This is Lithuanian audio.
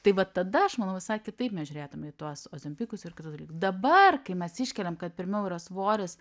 tai vat tada aš manau visai kitaip mes žiūrėtume į tuos ozempikus ir kitus dalykus dabar kai mes iškeliam kad pirmiau yra svoris